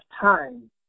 time